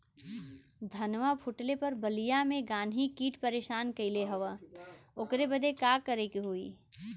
धनवा फूटले पर बलिया में गान्ही कीट परेशान कइले हवन ओकरे बदे का करे होई?